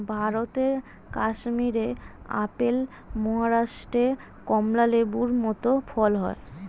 ভারতের কাশ্মীরে আপেল, মহারাষ্ট্রে কমলা লেবুর মত ফল হয়